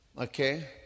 Okay